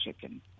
chicken